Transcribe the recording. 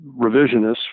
revisionists